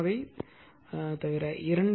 சமமானவை தவிர